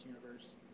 universe